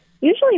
usually